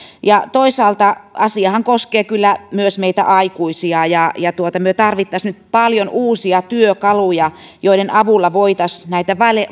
toisaalta asiahan koskee kyllä myös meitä aikuisia ja ja me tarvitsisimme nyt paljon uusia työkaluja joiden avulla voisimme näitä